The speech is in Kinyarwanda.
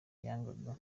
yangaga